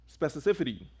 Specificity